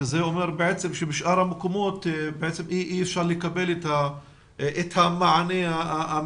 שזה אומר שבשאר המקומות אי אפשר לקבל את המענה הרפואי